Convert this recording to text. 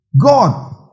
God